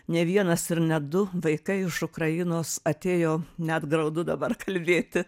ne vienas ir ne du vaikai iš ukrainos atėjo net graudu dabar kalbėti